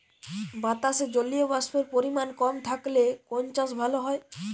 বাতাসে জলীয়বাষ্পের পরিমাণ কম থাকলে কোন চাষ ভালো হয়?